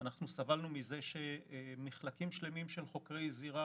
סבלנו מזה שמחלקים שלמים של חוקרי זירה